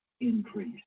increase